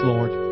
Lord